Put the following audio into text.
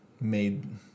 made